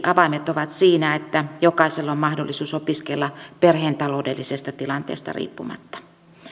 avaimet ovat siinä että jokaisella on mahdollisuus opiskella perheen taloudellisesta tilanteesta riippumatta